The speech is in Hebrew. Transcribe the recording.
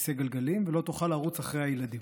לכיסא גלגלים ולא תוכל לרוץ אחרי הילדים.